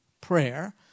prayer